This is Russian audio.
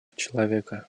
человека